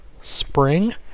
spring